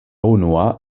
unua